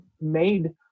made